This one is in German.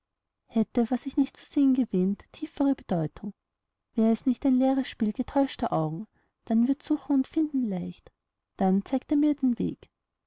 hatte was ich zu sehen gewähnt tiefere bedeutung war es nicht ein leeres spiel getäuschter augen dann wird suchen und finden leicht dann zeigt er mir den weg